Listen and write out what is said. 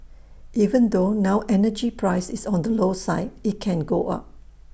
even though now energy price is on the low side IT can go up